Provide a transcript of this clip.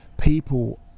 people